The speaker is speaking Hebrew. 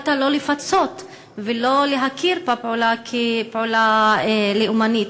הייתה לא לפצות ולא להכיר בפעולה כפעולה לאומנית.